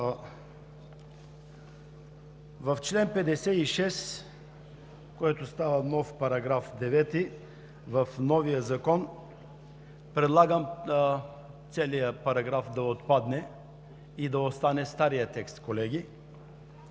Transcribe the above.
в чл. 56, който става нов § 9 в новия Закон, предлагам целият параграф да отпадне и да остане старият текст.